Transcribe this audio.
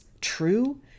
true